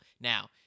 Now